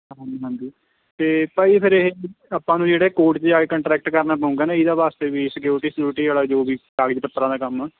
ਹਾਂਜੀ ਹਾਂਜੀ ਅਤੇ ਭਾਅ ਜੀ ਫਿਰ ਇਹ ਆਪਾਂ ਨੂੰ ਜਿਹੜੇ ਕੋਰਟ 'ਚ ਜਾ ਕੇ ਕੰਟਰੈਕਟ ਕਰਨਾ ਪਊਂਗਾ ਨਾ ਇਹਦਾ ਵਾਸਤੇ ਵੀ ਸਿਕਿਉਰਿਟੀ ਸਕਿਊਰਟੀ ਵਾਲਾ ਜੋ ਵੀ ਕਾਗਜ਼ ਪੱਤਰਾਂ ਦਾ ਕੰਮ ਆ